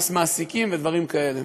מס מעסיקים ודברים כאלה.